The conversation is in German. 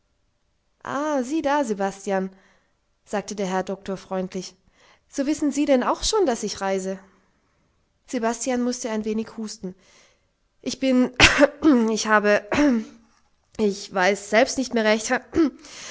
ah sieh da sebastian sagte der herr doktor freundlich so wissen sie denn auch schon daß ich reise sebastian mußte ein wenig husten ich bin ich habe ich weiß selbst nicht mehr recht